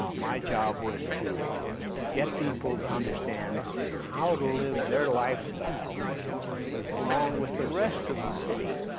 um my job was to get people to understand how to live their lifestyle along with the rest of the city.